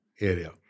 area